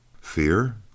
fear